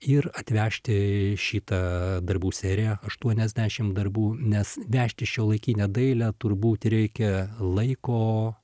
ir atvežti šitą darbų seriją aštuoniasdešim darbų nes vežti šiuolaikinę dailę turbūt reikia laiko